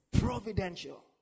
providential